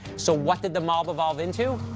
so what did the mob evolve into?